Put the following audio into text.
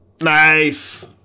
Nice